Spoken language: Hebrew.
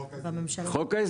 בחוק ההסדרים.